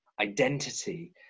identity